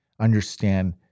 understand